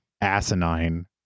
asinine